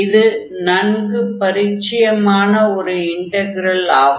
இது நன்கு பரிச்சயமான ஒரு இன்டக்ரல் ஆகும்